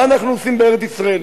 מה אנחנו עושים בארץ-ישראל?